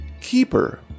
Keeper